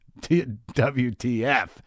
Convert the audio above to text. WTF